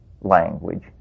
language